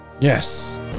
Yes